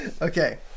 Okay